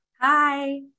Hi